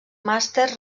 màsters